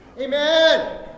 Amen